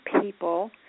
people